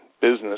business